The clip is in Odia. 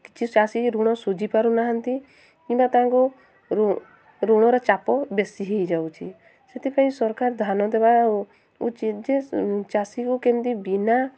କିଛି ଚାଷୀ ଋଣ ସୁଝି ପାରୁନାହାନ୍ତି କିମ୍ବା ତାଙ୍କୁ ଋଣର ଚାପ ବେଶୀ ହେଇଯାଉଛି ସେଥିପାଇଁ ସରକାର ଧ୍ୟାନ ଦେବା ଉଚିତ ଯେ ଚାଷୀକୁ କେମିତି ବିନା